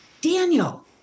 Daniel